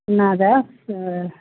నాది